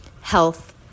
Health